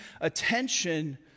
attention